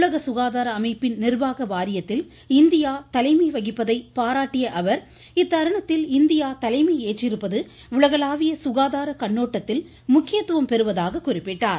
உலக சுகாதார அமைப்பின் நிர்வாக வாரியத்தில் இந்தியா தலைமை வகிப்பதை பாராட்டிய அவர் இத்தருணத்தில் இந்தியா தலைமை ஏற்றிருப்பது உலகளவிலான சுகாதார கண்ணோட்டத்தில் முக்கியத்துவம் பெறுவதாக குறிப்பிட்டார்